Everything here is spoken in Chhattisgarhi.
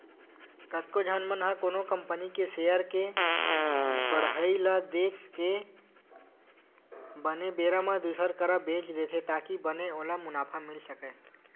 कतको झन मन ह कोनो कंपनी के सेयर के बड़हई ल देख के बने बेरा म दुसर करा बेंच देथे ताकि बने ओला मुनाफा मिले सकय